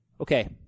Okay